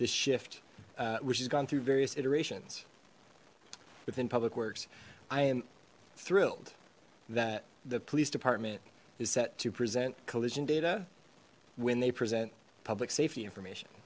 this shift which has gone through various iterations within public works i am thrilled that the police department is set to present collision data when they present public safety information